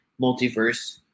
multiverse